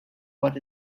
but